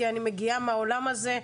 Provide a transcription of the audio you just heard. כי אני מגיעה מהעולם הזה,